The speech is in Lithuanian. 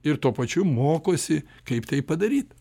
ir tuo pačiu mokosi kaip tai padaryt